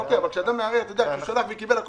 אוקיי, אבל כשאדם מערער הוא שלח וקיבל.